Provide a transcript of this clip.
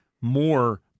more